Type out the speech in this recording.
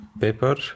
paper